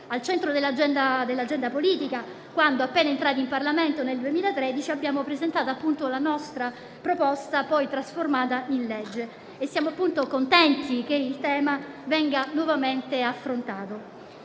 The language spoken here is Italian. al centro dell'agenda politica quando, appena entrati in Parlamento nel 2013, abbiamo presentato la nostra proposta, poi trasformata in legge, e siamo contenti che il tema venga nuovamente affrontato.